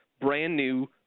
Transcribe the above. brand-new